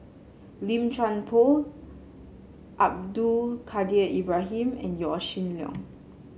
Lim Chuan Poh Abdul Kadir Ibrahim and Yaw Shin Leong